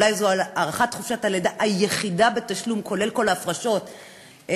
אולי זו הארכת חופשת הלידה היחידה בתשלום כולל כל ההפרשות הסוציאליות,